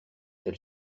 elle